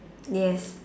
yes